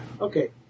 Okay